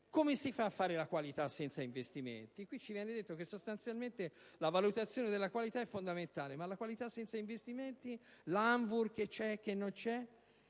Come si fa a realizzare qualità senza investimenti? Qui ci viene detto che sostanzialmente la valutazione della qualità è fondamentale. Ma la qualità senza investimenti? L'ANVUR che c'è e non c'è?